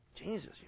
Jesus